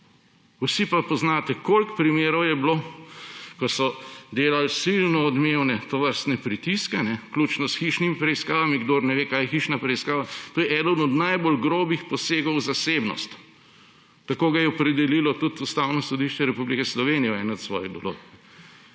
Vsi pa poznate, koliko primerov je bilo, ko so delali silno odmevne tovrstne pritiske, vključno s hišnimi preiskavami. Kdor ne ve, kaj je hišna preiskava, to je eden od najbolj grobih posegov v zasebnost. Tako ga je opredelilo tudi Ustavno sodišče Republike Slovenije v eni od svojih določb.